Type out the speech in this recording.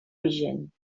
vigent